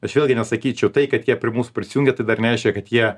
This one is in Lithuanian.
aš vėlgi nesakyčiau tai kad jie prie mūsų prisijungė tai dar nereiškia kad jie